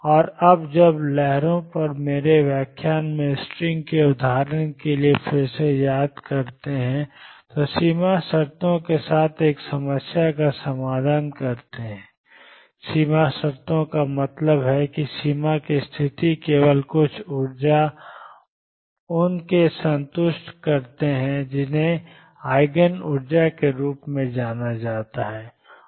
और जब आप लहरों पर मेरे व्याख्यान में स्ट्रिंग के उदाहरण से फिर से याद करते हैं तो सीमा शर्तों के साथ एक समस्या का समाधान करते हैं सीमा शर्तों का मतलब है कि सीमा की स्थिति केवल कुछ ऊर्जा एन से संतुष्ट हैं और इन्हें ईजिन ऊर्जा के रूप में जाना जाएगा